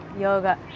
yoga